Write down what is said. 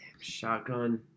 shotgun